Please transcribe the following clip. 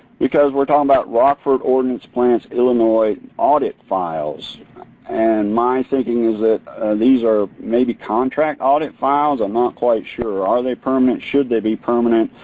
because we're talking about rockford ordinance plant's illinois audit files and my thinking is that these are maybe contract audit files. i'm and not quite sure. are they permanent? should they be permanent?